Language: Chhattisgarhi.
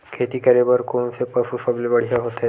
खेती करे बर कोन से पशु सबले बढ़िया होथे?